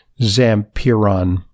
Zampiron